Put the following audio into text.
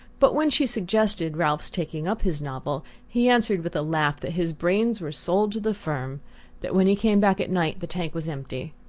but when she suggested ralph's taking up his novel he answered with a laugh that his brains were sold to the firm that when he came back at night the tank was empty.